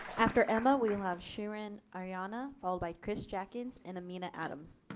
after emma. we have sharon arianna. followed by chris jackins and aminah adams.